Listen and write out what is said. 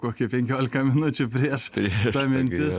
kokie penkiolika minučių prieš ta mintis